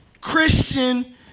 Christian